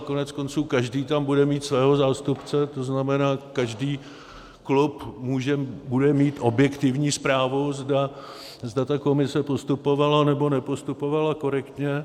Koneckonců každý tam bude mít svého zástupce, to znamená, každý klub bude mít objektivní zprávu, zda ta komise postupovala, nebo nepostupovala korektně.